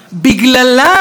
שהוא הריבון,